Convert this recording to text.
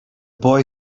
boy